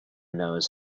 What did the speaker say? knows